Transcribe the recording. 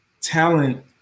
Talent